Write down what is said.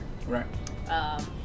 Right